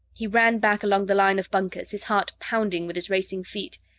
he ran back along the line of bunkers, his heart pounding with his racing feet.